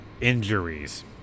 injuries